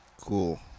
Cool